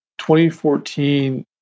2014